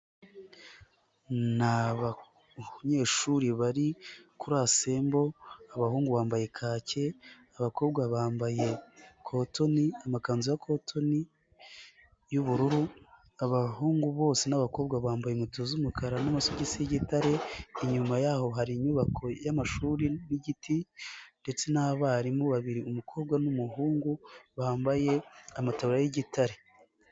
Ni abanyeshuri bari kuri asembo, abahungu bambaye kake, abakobwa bambaye kotoni, amakanzu ya kotoni y'ubururu. Abahungu bose n'abakobwa bambaye inkweto z'umukara n'amasogisi y'igitare. Inyuma yaho hari inyubako y'amashuri n'igiti ndetse n'abarimu babiri, umukobwa n'umuhungu bambaye amataburiya y'igitare.